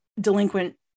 delinquent